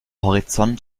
horizont